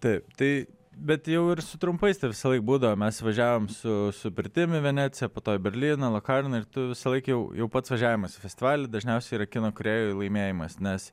taip tai bet jau ir su trumpais visąlaik būdavo mes važiavom su su pirtim į veneciją po to berlyną lakaviną ir tu visąlaik jau jau pats važiavimas į festivalį dažniausiai yra kino kūrėjui laimėjimas nes